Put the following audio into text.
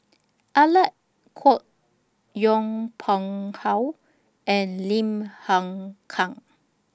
Alec Kuok Yong Pung How and Lim Hng Kiang